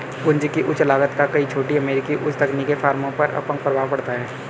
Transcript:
पूंजी की उच्च लागत का कई छोटी अमेरिकी उच्च तकनीकी फर्मों पर अपंग प्रभाव पड़ता है